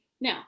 now